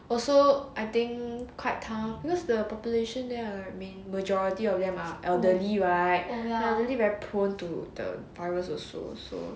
also I think quite tough because the population there are main majority of them are elderly right and really very prone to the virus also so